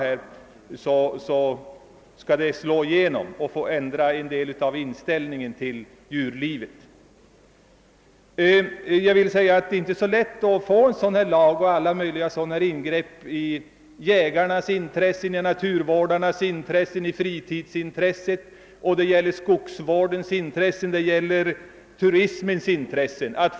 Mångas intressen berörs av en lag som denna; den gäller jägarnas och naturvårdarnas intressen, fritidsintresset, skogsvårdens intressen, turismens intressen etc.